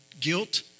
guilt